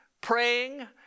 praying